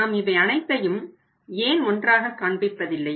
நாம் இவை அனைத்தையும் ஏன் ஒன்றாக காண்பிப்பதில்லை